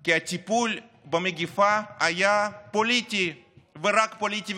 כי הטיפול במגפה היה פוליטי ורק פוליטי,